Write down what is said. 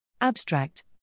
Abstract